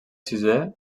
sisè